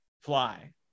fly